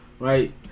right